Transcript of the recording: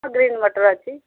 ହଁ ଗ୍ରୀନ୍ ମଟର ଅଛି